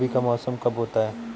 रबी का मौसम कब होता हैं?